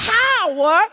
power